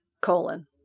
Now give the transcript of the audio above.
colon